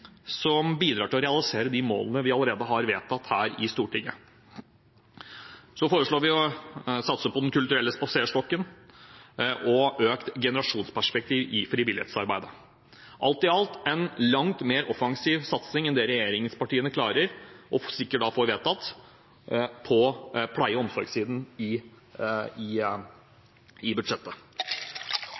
som bidrar til å realisere målene vi allerede har vedtatt her i Stortinget. Vi foreslår å satse på Den kulturelle spaserstokken og økt generasjonsperspektiv i frivillighetsarbeidet. Alt i alt en langt mer offensiv satsing enn det regjeringspartiene har, og sikkert får vedtatt, på pleie- og omsorgssiden i budsjettet.